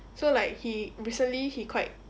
so like he recently he quite